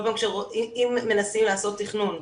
אם מנסים לעשות תכנון,